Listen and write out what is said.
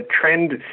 trend